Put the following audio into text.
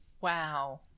Wow